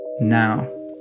now